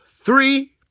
three